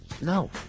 No